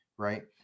Right